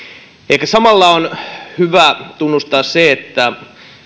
ehkä samalla on hyvä tunnustaa se että